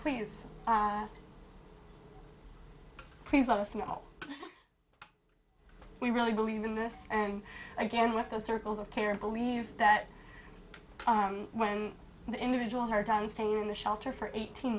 please please let us know we really believe in this and again with those circles of care and believe that when the individual hard time staying in the shelter for eighteen